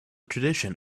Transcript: tradition